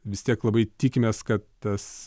vis tiek labai tikimės kad tas